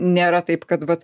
nėra taip kad vat